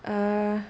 uh